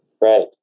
Right